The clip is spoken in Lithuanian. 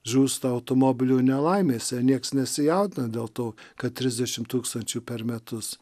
žūsta automobilių nelaimėse niekas nesijaudina dėl to kad trisdešim tūkstančių per metus